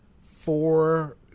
four